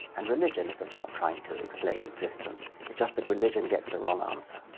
and religion is about trying to explain existence. it's just that religion gets the wrong answer.